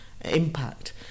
impact